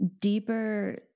deeper